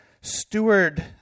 steward